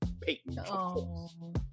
Peyton